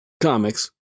Comics